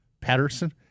Patterson